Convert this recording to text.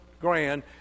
grand